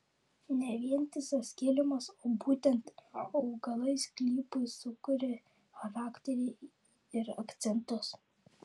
ne vientisas kilimas o būtent augalai sklypui sukuria charakterį ir akcentus